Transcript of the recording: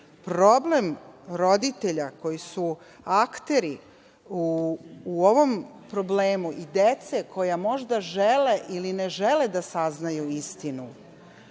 godine? Problem roditelja koji su akteri u ovom problemu i dece koja možda žele i ne žele da saznaju istinu